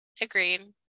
agreed